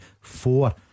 Four